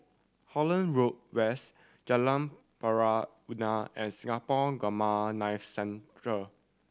Holland Road West Jalan Pari Unak and Singapore Gamma Knife Centre